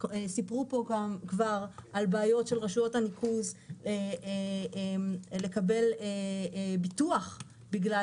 סיפרו פה כבר על בעיות של רשויות הניקוז לקבל ביטוח בגלל